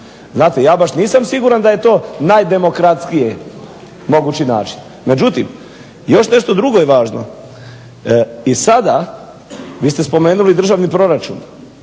Znate, ja baš nisam siguran da je to najdemokratskiji mogući način. Međutim, još nešto drugo je važno. I sada vi ste spomenuli državni proračun